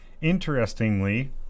Interestingly